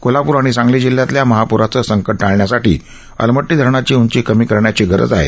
कोल्हापूर आणि सांगली जिल्ह्यातल्या महापूराचं संकट टाळण्यासाठी अलमट्टी धरणाची उंची कमी करण्याची गरज आहे